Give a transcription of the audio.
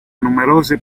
numerose